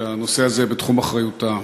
שהנושא הזה בתחום אחריותה.